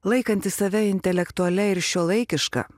laikanti save intelektualia ir šiuolaikiška